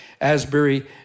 Asbury